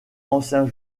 ancien